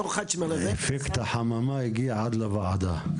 בתור אחד שמלווה --- אפקט החממה הגיע עד לוועדה.